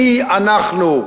מי אנחנו,